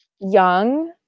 young